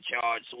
charge